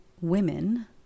women